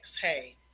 hey